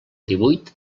divuit